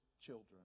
children